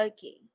Okay